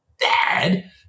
dad